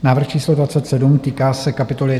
Návrh číslo 27, týká se kapitoly 334.